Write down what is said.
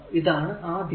ഇതാണ് ആ ദിശ